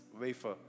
wafer